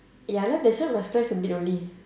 ya lah that's why must press a bit only